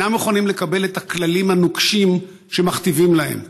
אינם מוכנים לקבל את הכללים הנוקשים שמכתיבים להם.